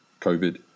COVID